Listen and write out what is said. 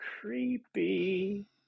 creepy